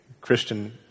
Christian